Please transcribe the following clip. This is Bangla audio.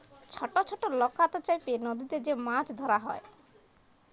ছট ছট লকাতে চাপে লদীতে যে মাছ ধরা হ্যয়